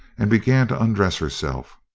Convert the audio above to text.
and began to undress herself.